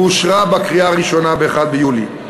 ואושרה בקריאה הראשונה ב-1 ביולי.